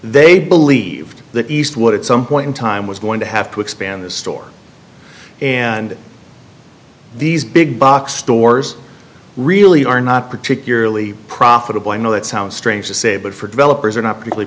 they believed that eastwood it's some point in time was going to have to expand the store and these big box stores really are not particularly profitable i know it sounds strange to say but for developers are not typically